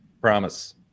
Promise